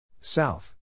South